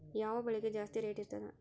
ಯಾವ ಬೆಳಿಗೆ ಜಾಸ್ತಿ ರೇಟ್ ಇರ್ತದ?